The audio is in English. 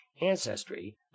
ancestry